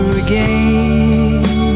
again